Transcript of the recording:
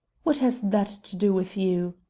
what has that to do with you?